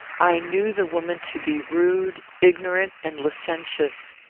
i knew the woman to be rude, ignorant, and licentious.